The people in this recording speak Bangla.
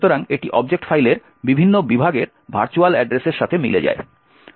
সুতরাং এটি অবজেক্ট ফাইলের বিভিন্ন বিভাগের ভার্চুয়াল অ্যাড্রেসের সাথে মিলে যায়